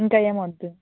ఇంకా ఏమైనా వద్దు